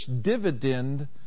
dividend